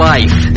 Life